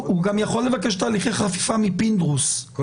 הוא גם יכול לבקש תהליכי חפיפה מפינדרוס כי